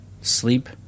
sleep